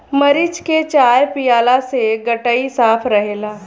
मरीच के चाय पियला से गटई साफ़ रहेला